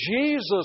Jesus